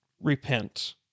Repent